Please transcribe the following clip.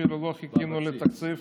ואפילו לא חיכינו לתקציב.